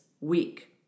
week